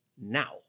now